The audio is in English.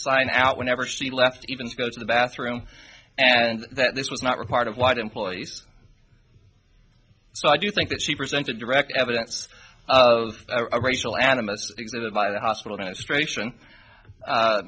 sign out whenever she left even go to the bathroom and that this was not required of what employees so i do think that she presented direct evidence of a racial anim